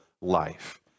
life